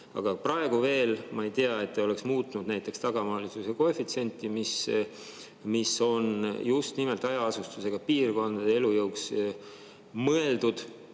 väga oluline. Ma ei tea, et te oleks muutnud näiteks tagamaalisuse koefitsienti, mis on just nimelt hajaasustusega piirkondade elujõu